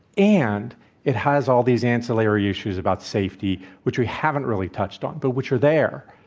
and it has all these ancillary issues about safety, which we haven't really touched on, but which are there.